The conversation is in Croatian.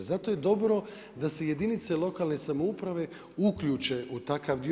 Zato je dobro da se jedinice lokalne samouprave, uključe u takav dio.